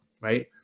right